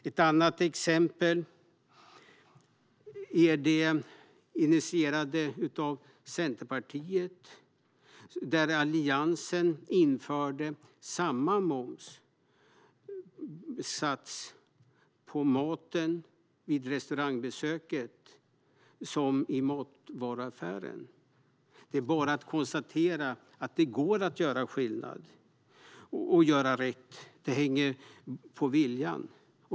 Ett annat exempel är när Alliansen på Centerpartiets initiativ införde samma momssats på maten vid restaurangbesöket som i matvaruaffären. Det är bara att konstatera att det går att göra skillnad och göra rätt - det hänger på viljan.